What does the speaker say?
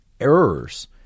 Errors